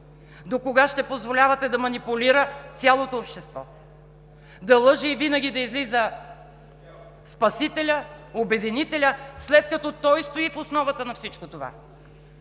Докога ще позволявате да манипулира цялото общество, да лъже и винаги да излиза спасителят, обединителят, след като той стои в основата на всичко това?